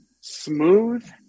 smooth